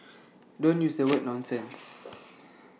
don't use the word nonsense